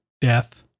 death